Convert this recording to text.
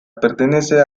pertenece